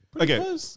Okay